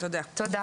תודה.